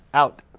out.